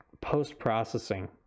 post-processing